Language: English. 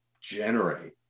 generate